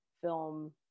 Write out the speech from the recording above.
film